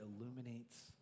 illuminates